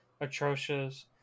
atrocious